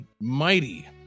mighty